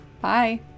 Bye